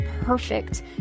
perfect